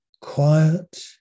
quiet